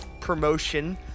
promotion